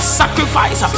sacrifice